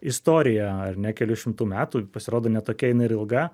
istoriją ar ne kelių šimtų metų pasirodo ne tokia jinai ir ilga